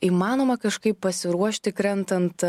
įmanoma kažkaip pasiruošti krentant